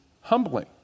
humbling